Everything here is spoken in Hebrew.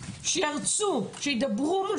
שידברו.